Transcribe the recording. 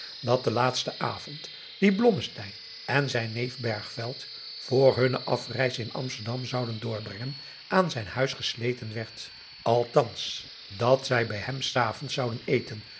dat de laatste avond dien blommesteyn en zijn neef bergveld vr hunne afreize in amsterdam zouden doorbrengen aan zijn huis gesleten werd althans dat zij bij hem s avonds zouden eten